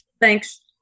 thanks